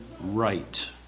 right